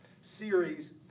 series